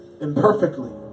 imperfectly